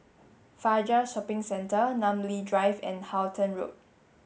Fajar Shopping Centre Namly Drive and Halton Road